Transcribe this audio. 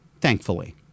thankfully